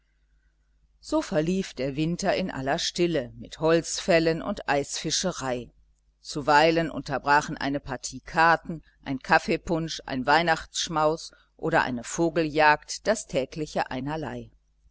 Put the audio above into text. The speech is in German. so verlief der winter in aller stille mit holzfällen und eisfischerei zuweilen unterbrachen eine partie karten ein kaffeepunsch ein weihnachtsschmaus oder eine vogeljagd das tägliche einerlei